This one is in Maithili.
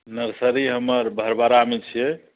नर्सरी हमर भड़बड़ामे छियै